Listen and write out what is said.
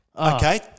Okay